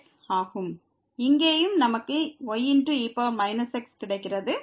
இங்கேயும் நமக்கு y e x கிடைக்கிறது